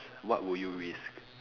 what would you risk